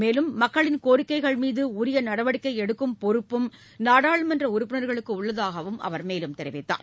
மேலும் மக்களின் கோரிக்கைகள்மீது உரிய நடவடிக்கை எடுக்கும் பொறுப்பும் நாடாளுமன்ற உறுப்பினர்களுக்கு உள்ளதாக அவர் தெரிவித்தார்